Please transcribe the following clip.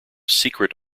secret